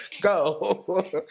Go